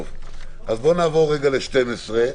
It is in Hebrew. נעבור ל-12ה.